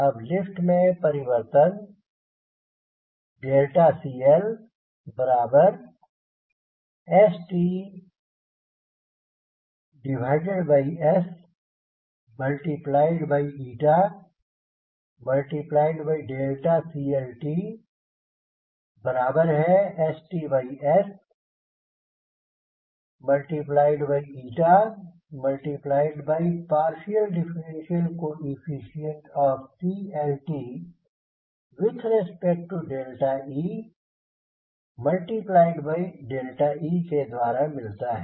अब लिफ्ट में परिवर्तन CL St S CLt St S CLtee के द्वारा मिलता है